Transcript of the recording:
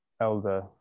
elder